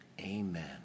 Amen